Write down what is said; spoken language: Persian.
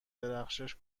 درخشش